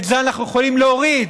את זה אנחנו יכולים להוריד.